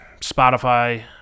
Spotify